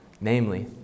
namely